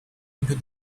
into